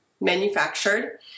manufactured